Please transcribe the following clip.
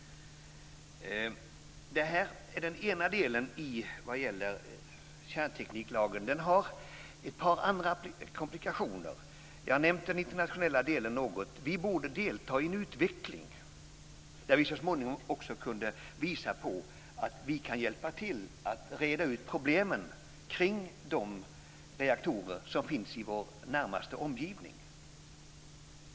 Det här är den ena delen när det gäller kärntekniklagen. Den har ett par andra komplikationer. Jag har nämnt den internationella delen något. Vi borde delta i en utveckling där vi så småningom också kunde visa på att vi kan hjälpa till att reda ut problemen kring de reaktorer som finns i vår närmaste omgivning.